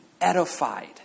edified